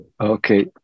Okay